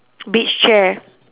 beach chair